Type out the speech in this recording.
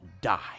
die